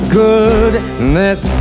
goodness